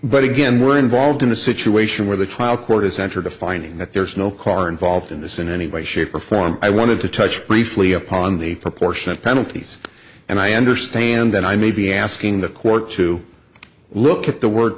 but again we're involved in a situation where the trial court has entered a finding that there's no car involved in this in any way shape or form i wanted to touch briefly upon the proportion of penalties and i understand that i may be asking the court to look at the word